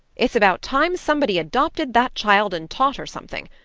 it's about time somebody adopted that child and taught her something.